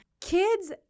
Kids